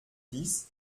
dix